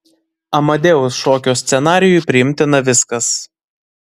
amadeus šokio scenarijui priimtina viskas